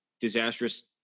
disastrous